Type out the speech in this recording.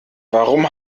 warum